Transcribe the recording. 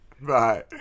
Bye